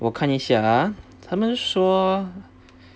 我看一下啊他们说